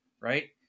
right